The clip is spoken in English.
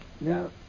Now